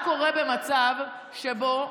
במצב שבו